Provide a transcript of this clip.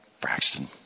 Braxton